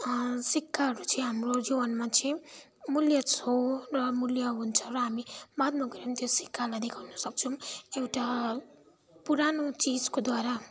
सिक्काहरू चाहिँ हाम्रो जीवनमा चाहिँ मूल्य छौँ र मूल्य हुन्छ र हामी बादमा गएर नि त्यो सिक्कालाई देखाउन सक्छौँ एउटा पुरानो चिजकोद्वारा